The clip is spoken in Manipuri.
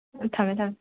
ꯎꯝ ꯊꯝꯃꯦ ꯊꯝꯃꯦ